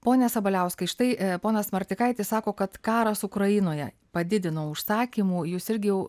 pone sabaliauskai štai ponas martikaitis sako kad karas ukrainoje padidino užsakymų jūs irgi jau